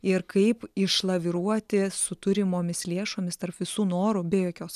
ir kaip išlaviruoti su turimomis lėšomis tarp visų norų be jokios